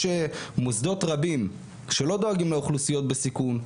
יש מוסדות רבים שלא דואגים לאוכלוסיות בסיכון,